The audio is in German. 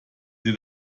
sie